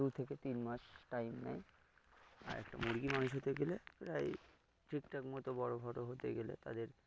দু থেকে তিন মাস টাইম নেয় আর একটা মুরগী মানুষ হতে গেলে প্রায় ঠিক ঠাক মতো বড়ো বড়ো হতে গেলে তাদের